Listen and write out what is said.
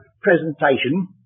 presentation